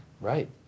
right